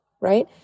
right